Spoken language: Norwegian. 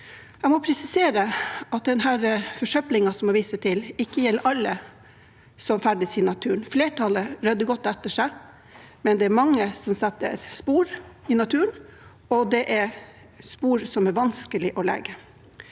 Jeg må presisere at den forsøplingen man viser til, ikke gjelder alle som ferdes i naturen. Flertallet rydder godt etter seg, men det er mange som setter spor i naturen, og det er spor som er vanskelige å lege.